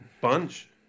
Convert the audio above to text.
bunch